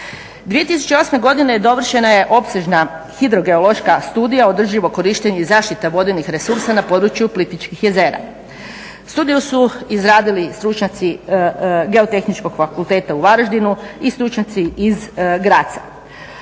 2008. godine dovršena je opsežna hidrogeološka studija održivo korištenje i zaštita vodenih resursa na području Plitvičkih jezera. Studiju su izradili stručnjaci geotehničkog fakulteta u Varaždinu i stručnjaci iz Gratza.